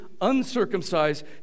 uncircumcised